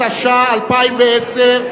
התשע"א 2010,